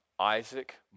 Isaac